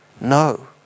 No